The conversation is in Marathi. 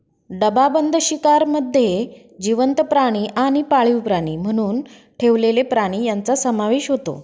डबाबंद शिकारमध्ये जिवंत प्राणी आणि पाळीव प्राणी म्हणून ठेवलेले प्राणी यांचा समावेश होतो